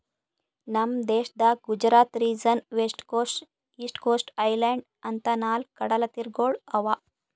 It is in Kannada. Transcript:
ನಮ್ ದೇಶದಾಗ್ Gujarat region, west coast, east coast, island ಅಂತಾ ನಾಲ್ಕ್ ಕಡಲತೀರಗೊಳ್ ಅವಾ